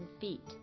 feet